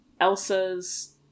elsa's